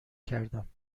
کردم